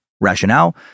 Rationale